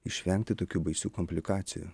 išvengti tokių baisių komplikacijų